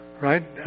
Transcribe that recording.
right